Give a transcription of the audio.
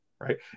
right